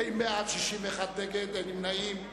40 בעד, 61 נגד ואין נמנעים.